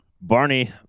Barney